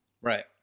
Right